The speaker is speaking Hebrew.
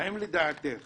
האם לדעתך